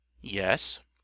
yes